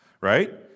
right